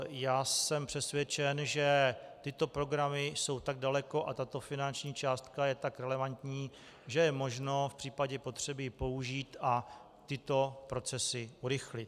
Já jsem přesvědčen, že tyto programy jsou tak daleko a tato finanční částka je tak relevantní, že je možno ji v případě potřeby použít a tyto procesy urychlit.